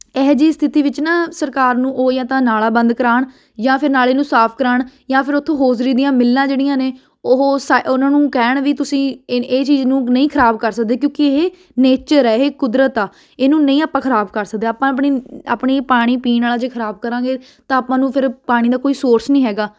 ਇਹੋ ਜਿਹੀ ਸਥਿਤੀ ਵਿੱਚ ਨਾ ਸਰਕਾਰ ਨੂੰ ਉਹ ਜਾਂ ਤਾਂ ਨਾਲ੍ਹਾ ਬੰਦ ਕਰਾਉਣ ਜਾਂ ਫਿਰ ਨਾਲ੍ਹੇ ਨੂੰ ਸਾਫ ਕਰਾਉਣ ਜਾਂ ਫਿਰ ਉੱਥੋਂ ਹੋਜ਼ਰੀ ਦੀਆਂ ਮਿੱਲਾਂ ਜਿਹੜੀਆਂ ਨੇ ਉਹ ਉਹਨਾਂ ਨੂੰ ਕਹਿਣ ਵੀ ਤੁਸੀਂ ਇਹ ਇਹ ਚੀਜ਼ ਨੂੰ ਨਹੀਂ ਖਰਾਬ ਕਰ ਸਕਦੇ ਕਿਉਂਕਿ ਇਹ ਨੇਚਰ ਹੈ ਇਹ ਕੁਦਰਤ ਆ ਇਹਨੂੰ ਨਹੀਂ ਆਪਾਂ ਖਰਾਬ ਕਰ ਸਕਦੇ ਆਪਾਂ ਆਪਣੀ ਆਪਣੀ ਪਾਣੀ ਪੀਣ ਵਾਲਾ ਜੇ ਖਰਾਬ ਕਰਾਂਗੇ ਤਾਂ ਆਪਾਂ ਨੂੰ ਫਿਰ ਪਾਣੀ ਦਾ ਕੋਈ ਸੋਰਸ ਨਹੀਂ ਹੈਗਾ